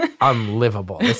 unlivable